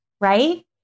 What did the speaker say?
right